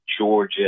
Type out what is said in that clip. Georgia